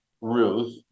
Ruth